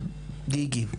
גיגי.